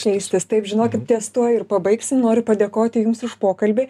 keistis taip žinokit ties tuo ir pabaigsim noriu padėkoti jums už pokalbį